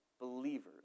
believers